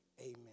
amen